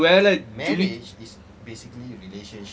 but ஒரு வேளை:oru weala